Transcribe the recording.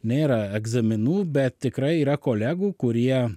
nėra egzaminų bet tikrai yra kolegų kurie